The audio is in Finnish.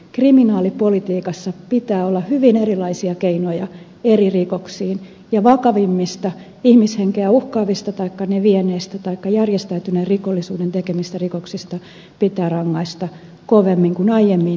kriminaalipolitiikassa pitää olla hyvin erilaisia keinoja eri rikoksiin ja vakavimmista ihmishenkeä uhkaavista taikka ne vieneistä taikka järjestäytyneen rikollisuuden tekemistä rikoksista pitää rangaista kovemmin kuin aiemmin